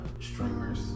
streamers